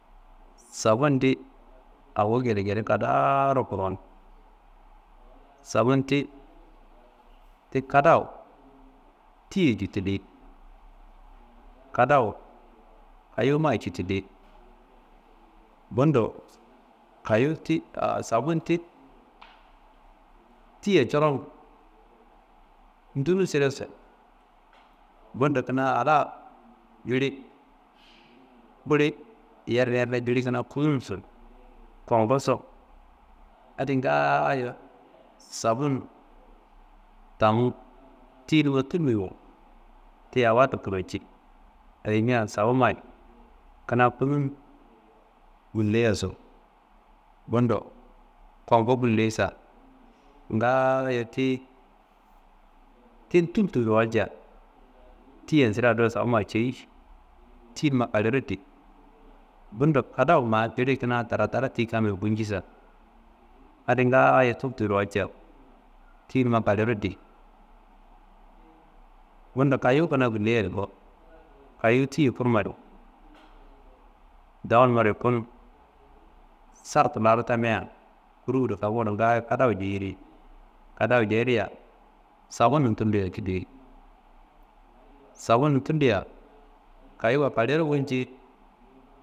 Safun di awo gedegede kadaaro krun, safun ti ti kadawu tiye citiliyi kadawu kayimaye bundo kayowu ti aa safunti tiya coron ndunu cideso, bundo kuna a la jili kuli yerneyerne, jili kuna kununso, konkoso, adi ngaayo sabun tamun tiyi numma tulimia tiyi awo adido krumci eyi miya safunnayi kuna kunun guleia so, bundo konko guleia sa ngaayo ti toultiyiro walca tiyan sida dowo safunnayi ceyi tiyinumma kalowuro di. Bundo kadawu ma jili kina dradra tiyi kambe bunci sa adi ngayo tultiyiro walca tiyi numa kalewuro di. Bundo kayowu gulei adi ko, kayowu tiye kurmadi ko dowu nummaro yukun sardu laro tamia kururo kafuro ngaay kadafu jeyiri, kadafu jeyiriya sabunin tulia kidayi, safunin tulia kayowa kalewu walcie